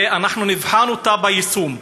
ואנחנו נבחן אותה ביישום.